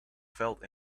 felt